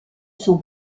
son